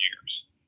years